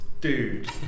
dude